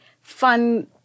fun